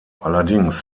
allerdings